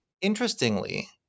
Interestingly